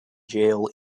jail